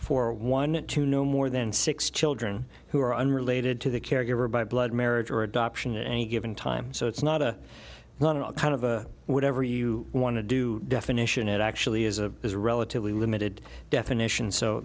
for one to no more than six children who are unrelated to the caregiver by blood marriage or adoption at any given time so it's not a lot of kind of whatever you want to do definition it actually is a relatively limited definition so